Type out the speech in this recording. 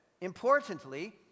importantly